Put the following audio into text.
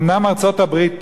אומנם ארצות-הברית